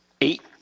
eight